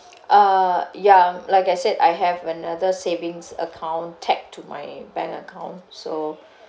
uh yeah like I said I have another savings account tagged to my bank account so